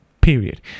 Period